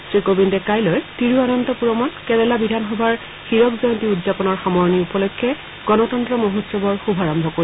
শ্ৰী কোৱিন্দে কাইলৈ তিৰুৱানন্তপূৰমত কেৰালা বিধানসভাৰ হীৰক জয়ন্তী উদযাপনৰ সামৰণি উপলক্ষে গণতন্ত্ৰ মহোৎসৱৰ শুভাৰম্ভ কৰিব